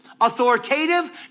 authoritative